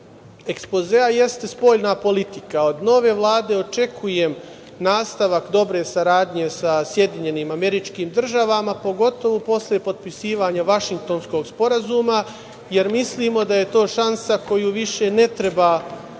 ekspozea jeste spoljna politika. Od nove Vlade očekujem nastavak dobre saradnje sa SAD, pogotovo posle potpisivanja Vašingtonskog sporazuma, jer mislimo da je to šansa koju više ne treba da